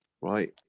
right